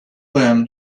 then